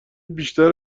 بیشتر